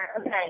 okay